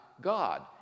God